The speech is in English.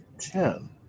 ten